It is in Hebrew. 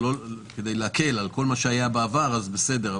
כדי להקל על כל מה שהיה בעבר אז בסדר,